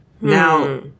Now